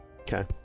okay